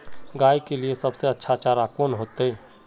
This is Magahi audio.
गाय के लिए सबसे अच्छा चारा कौन होते?